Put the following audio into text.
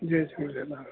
Jay Jhulelal